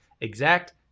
Exact